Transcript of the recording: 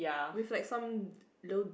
with like some little